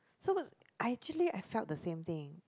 so was I actually I felt the same thing